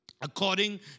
According